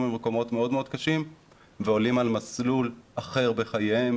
ממקומות מאוד מאוד קשים ועולים על מסלול אחר בחייהם,